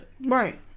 Right